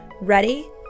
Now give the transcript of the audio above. Ready